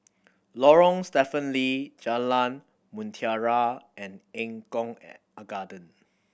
Lorong Stephen Lee Jalan Mutiara and Eng Kong Garden